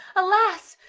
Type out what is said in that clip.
alas!